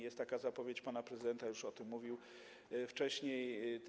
Jest taka zapowiedź pana prezydenta, już o tym mówił wcześniej.